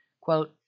Quote